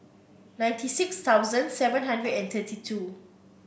ninety six thousand seven hundred and thirty two